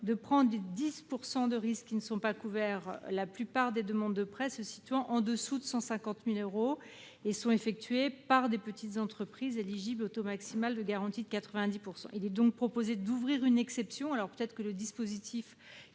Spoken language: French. de prendre les 10 % de risques qui ne sont pas couverts, la plupart des demandes de prêts se situant au-dessous de 150 000 euros et émanant de petites entreprises éligibles au taux maximal de garantie de 90 %. Il est donc proposé d'ouvrir une exception, même si le dispositif